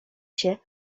się